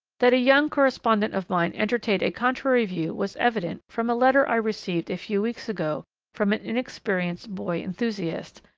that a young correspondent of mine entertained a contrary view was evident from a letter i received a few weeks ago from an inexperienced boy enthusiast,